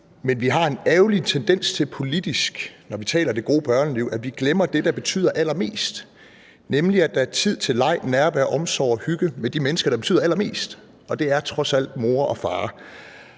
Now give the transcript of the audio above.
men vi har en ærgerlig tendens til politisk, når vi taler om det gode børneliv, at glemme det, der betyder allermest, nemlig at der er tid til leg, nærvær, omsorg og hygge med de mennesker, der betyder allermest, og det er trods alt mor og far.